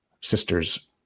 sister's